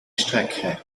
strecke